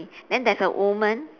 then there's a woman